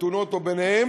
בתאונות או ביניהן,